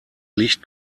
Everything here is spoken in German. licht